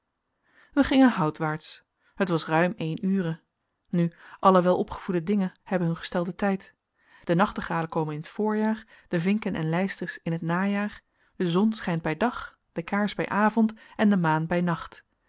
wij gingen houtwaarts het was ruim één ure nu alle welopgevoede dingen hebben hun gestelden tijd de nachtegalen komen in t voorjaar de vinken en lijsters in t najaar de zon schijnt bij dag de kaars bij avond en de maan bij nacht